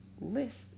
list